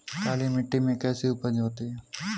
काली मिट्टी में कैसी उपज होती है?